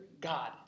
God